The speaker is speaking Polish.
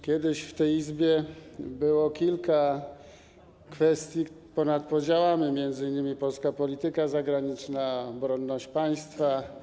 Kiedyś w tej Izbie było kilka kwestii ponad podziałami, m.in. polska polityka zagraniczna, obronność państwa.